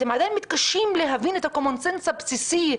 אתם עדיין מתקשים להבין את הקומונסנס הבסיסי,